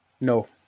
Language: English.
No